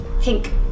Pink